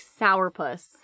sourpuss